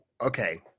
okay